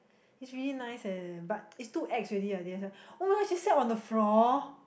he's really nice eh but it's too ex already ah D_S_L_R [oh]-my-god she sat on the floor